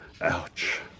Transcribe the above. Ouch